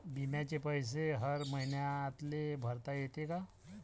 बिम्याचे पैसे हर मईन्याले भरता येते का?